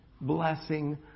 blessing